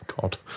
God